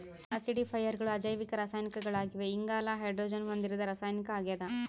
ಆಸಿಡಿಫೈಯರ್ಗಳು ಅಜೈವಿಕ ರಾಸಾಯನಿಕಗಳಾಗಿವೆ ಇಂಗಾಲ ಹೈಡ್ರೋಜನ್ ಹೊಂದಿರದ ರಾಸಾಯನಿಕ ಆಗ್ಯದ